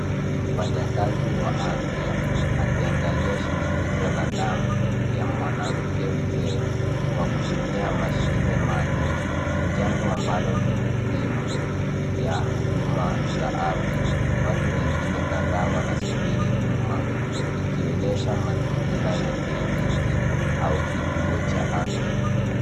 Ni mfanyakazi wa afya akiangalia shinikizo la damu ya mwanamke mzee kwa kutumia mashine maalumu jambo ambalo ni muhimu ya huduma za afya. Watu wengine kadhaa wanasubiri nyuma ikionyesha mazingira ya kliniki au kituo cha afya.